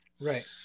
right